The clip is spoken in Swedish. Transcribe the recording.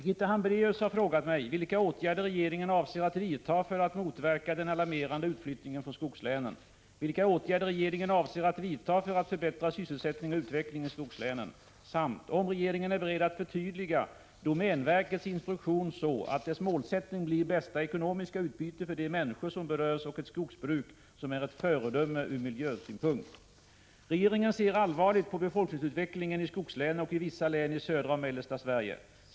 Herr talman! Birgitta Hambraeus har frågat mig — om regeringen är beredd att förtydliga domänverkets instruktion så att dess målsättning blir bästa ekonomiska utbyte för de människor som berörs och ett skogsbruk som är ett föredöme ur miljösynpunkt. Regeringen ser allvarligt på befolkningsutvecklingen i skogslänen och i vissa län i södra och mellersta Sverige.